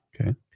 Okay